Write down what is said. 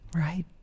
Right